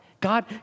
God